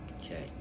okay